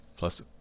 plus